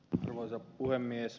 arvoisa puhemies